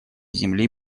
земли